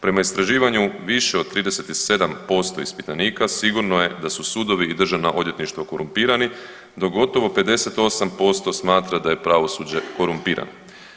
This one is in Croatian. Prema istraživanju više od 37% ispitanika sigurno je da su sudovi i državna odvjetništva korumpirani, dok gotovo 58% smatra da je pravosuđe korumpirano.